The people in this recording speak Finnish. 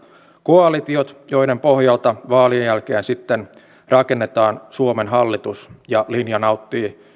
koalitiot joiden pohjalta sitten vaalien jälkeen rakennetaan suomen hallitus ja linja nauttii